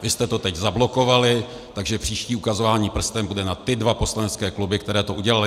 Vy jste to teď zablokovali, takže příští ukazování prstem bude na ty dva poslanecké kluby, které to udělaly.